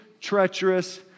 treacherous